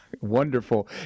Wonderful